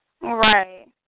Right